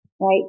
right